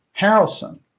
Harrelson